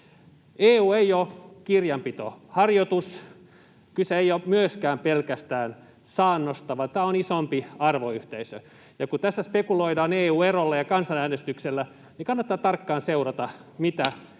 EU ei ole kirjanpitoharjoitus. Kyse ei ole myöskään pelkästään saannosta, vaan tämä on isompi arvoyhteisö. Ja kun tässä spekuloidaan EU-erolla ja kansanäänestyksellä, niin kannattaa tarkkaan seurata, mitä